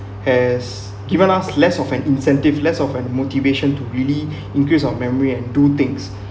has given us less of an incentive less of an motivation to really increase our memory and do things